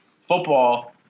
football